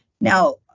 Now